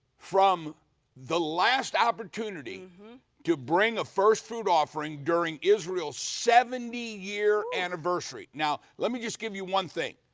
from the last opportunity to bring a first fruit offering during israel's seventy year anniversary. now let me just give you one thing.